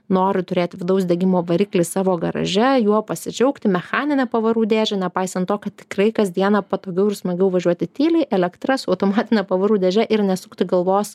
nori turėti vidaus degimo variklį savo garaže juo pasidžiaugti mechanine pavarų dėže nepaisant to kad tikrai kas dieną patogiau ir smagiau važiuoti tyliai elektra su automatine pavarų dėže ir nesukti galvos